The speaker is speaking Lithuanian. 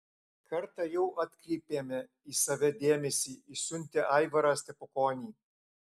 kartą jau atkreipėme į save dėmesį išsiuntę aivarą stepukonį